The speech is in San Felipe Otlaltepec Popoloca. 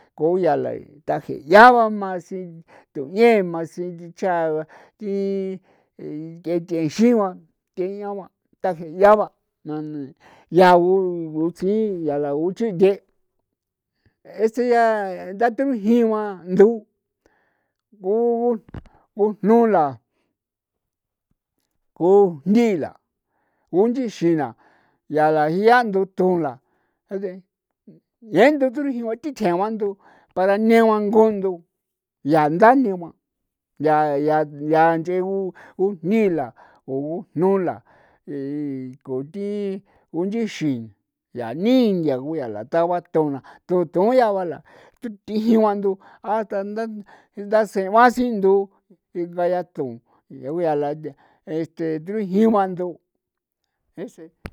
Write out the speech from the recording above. Ko uyaa la tajeyaa ba masi tu'ien matsi yicha ga thi th'e t'exigua deñao ba tajeya ba naa ne ya utsii yaa la uchen de see este ya datjujin ba ndu gu gujnu la kujndi la ngunchixi na yaa la jia la nduthu la nde ya ndutu rujin ba thi chjen ba ndu para ti ngeba ngundu yaa ndane ma yaa yaa nch'e gu gujnila gujnu la ko ti kunchixin ko yaa ninguya la taayaa to tubaya la tinjiba ndu a ta nda ndasen ba sinthu ingayaatjun ko ee yaa la tje trijin ba to esen.